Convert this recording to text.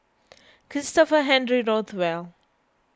Christopher Henry Rothwell